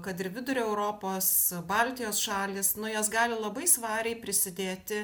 kad ir vidurio europos baltijos šalys nu jos gali labai svariai prisidėti